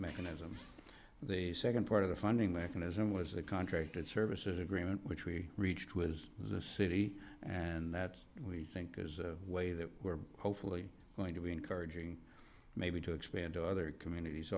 mechanism the second part of the funding mechanism was the contracted services agreement which we reached was the city and that we think as a way that we're hopefully going to be encouraging maybe to expand to other c